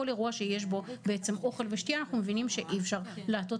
כל אירוע שיש בו אוכל ושתייה אנחנו מבינים שאי אפשר לעטות